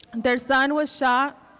their son was shot